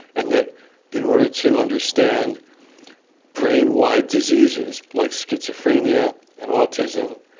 and that in order to understand brain-wide diseases like schizophrenia and autism,